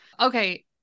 Okay